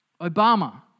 Obama